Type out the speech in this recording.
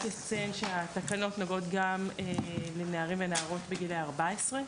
אציין שהתקנות נוגעות גם לנערים ולנערות בגילאי 14,